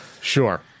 Sure